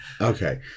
Okay